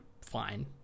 fine